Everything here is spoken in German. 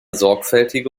sorgfältige